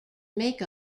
make